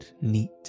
neat